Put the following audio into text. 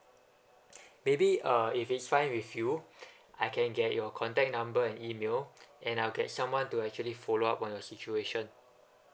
maybe uh if it's fine with you I can get your contact number and email and I'll get someone to actually follow up on your situation